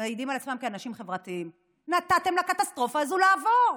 מעידים על עצמם כאנשים חברתיים: נתתם לקטסטרופה הזאת לעבור.